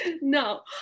No